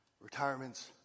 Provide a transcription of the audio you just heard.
retirements